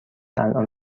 الآن